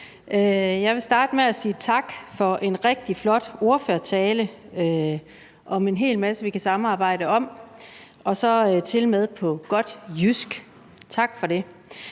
Jeg vil starte med at sige tak for en rigtig flot ordførertale om en hel masse, vi kan samarbejde om, og så var det tilmed på godt jysk – tak for det.